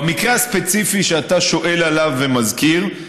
במקרה הספציפי שאתה שואל עליו ומזכיר,